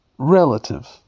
relative